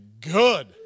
good